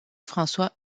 françois